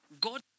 God